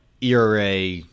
ERA